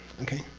okay?